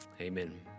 Amen